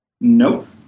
Nope